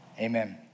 Amen